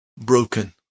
broken